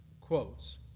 quotes